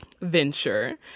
venture